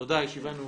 תודה, הישיבה נעולה.